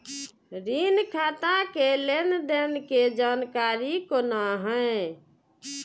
ऋण खाता के लेन देन के जानकारी कोना हैं?